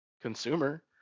consumer